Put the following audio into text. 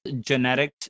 genetic